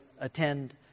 attend